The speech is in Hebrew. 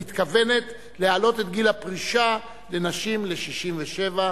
ומתכוונת להעלות את גיל הפרישה לנשים ל-67.